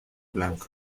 blanco